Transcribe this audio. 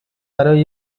برای